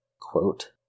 Quote